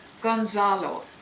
Gonzalo